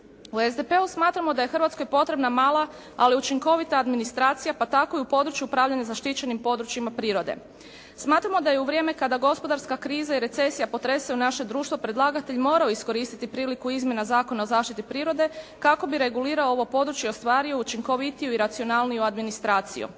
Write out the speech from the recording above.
U SDP-u smatramo da je Hrvatskoj potrebna mala ali učinkovita administracija pa tako i u području upravljanja zaštićenim područjima prirode. Smatramo da je u vrijeme kada gospodarska kriza i recesija potresaju naše društvo, predlagatelj morao iskoristiti priliku izmjena Zakona o zaštiti prirode kako bi regulirao ovo područje i ostvario učinkovitiju i racionalniju administraciju.